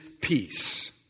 peace